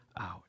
out